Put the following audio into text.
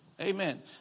Amen